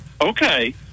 Okay